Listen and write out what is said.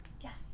yes